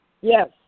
yes